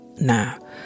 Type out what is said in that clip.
now